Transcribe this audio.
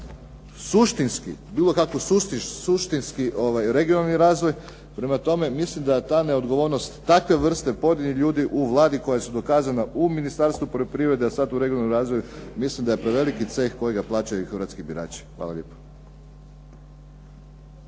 onemogućava bilo kako suštinski regionalni razvoj. Prema tome, mislim da ta neodgovornost takve vrste podijeljenih ljudi u Vladi koja su dokazana u Ministarstvu poljoprivrede, a sad u regionalnom razvoju, mislim da je preveliki ceh kojega plaćaju hrvatski birači. Hvala lijepo.